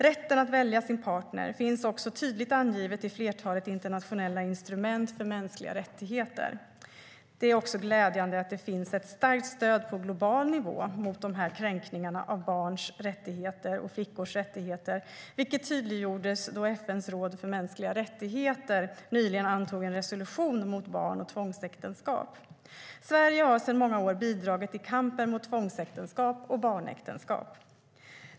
Rätten att välja sin partner finns också tydligt angiven i flertalet internationella instrument för mänskliga rättigheter. Det är också glädjande att det finns ett starkt stöd på global nivå mot dessa kränkningar av barns och flickors rättigheter, vilket tydliggjordes då FN:s råd för mänskliga rättigheter nyligen antog en resolution mot barn och tvångsäktenskap. Sverige har sedan många år bidragit i kampen mot tvångsäktenskap och barnäktenskap.